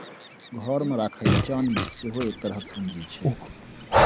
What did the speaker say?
घरमे राखल चानी सेहो एक तरहक पूंजी छै